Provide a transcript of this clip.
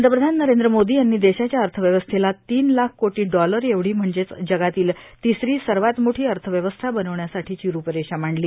पंतप्रधान नरेंद्र मोदी यांनी देशाच्या अर्थव्यवस्थेला तीन लाख कोटी डॉलर एवढी म्हणजेच जगातली तिसरी सर्वात मोठी अर्थव्यवस्था बनवण्यासाठीची रूपरेषा मांडली